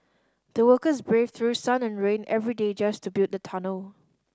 the workers braved through sun and rain every day just to build the tunnel